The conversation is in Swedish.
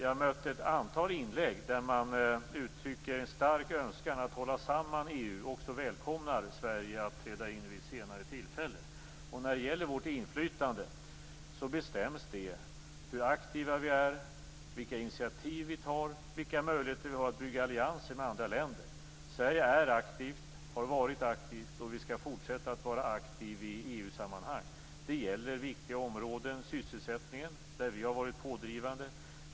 I ett antal inlägg uttryckte man en stark önskan att hålla samman EU och också välkomnade Sverige att träda in vid ett senare tillfälle. Vårt inflytande bestäms av hur aktiva vi är, vilka initiativ vi tar, vilka möjligheter vi har att bygga allianser med andra länder. Sverige är aktivt, har varit aktivt och skall fortsätta att vara aktivt i EU-sammanhang. Det gäller viktiga områden som sysselsättningen, där vi har varit pådrivande.